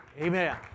Amen